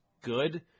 good